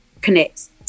connects